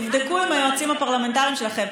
תבדקו עם היועצים הפרלמנטריים שלכם.